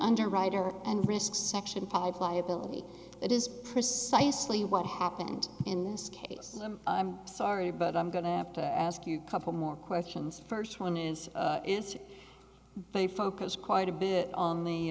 underwriter and risk section five liability that is precisely what happened in this case i'm sorry but i'm going to ask you a couple more questions first one is if i focus quite a bit on the